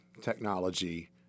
technology